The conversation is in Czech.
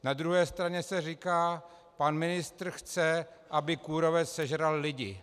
Na druhé straně se říká: pan ministr chce, aby kůrovec sežral lidi.